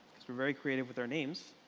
we're very creative with our names.